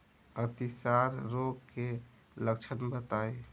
अतिसार रोग के लक्षण बताई?